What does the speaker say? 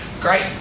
great